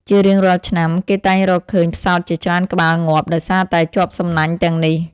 ជារៀងរាល់ឆ្នាំ គេតែងតែរកឃើញផ្សោតជាច្រើនក្បាលងាប់ ដោយសារតែជាប់សំណាញ់ទាំងនេះ។